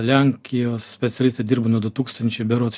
lenkijos specialistai dirba nuo du tūkstančiai berods